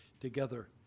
together